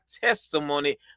testimony